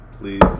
please